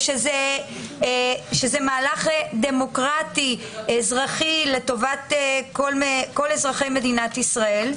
ושזה מהלך דמוקרטי-אזרחי לטובת כל אזרחי מדינת ישראל.